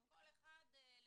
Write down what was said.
כל אחד לפי